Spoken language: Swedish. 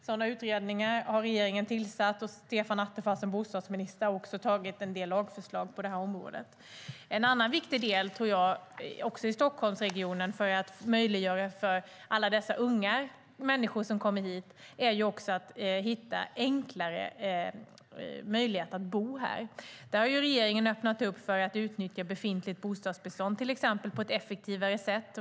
Sådana utredningar har regeringen tillsatt, och Stefan Attefall har som bostadsminister kommit med en del lagförslag på området. En annan viktig del är att hitta enklare boende för alla unga människor som kommer till Stockholmsregionen. Där har regeringen öppnat upp för att på ett effektivare sätt kunna utnyttja det befintliga bostadsbeståndet.